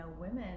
women